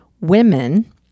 women